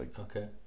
Okay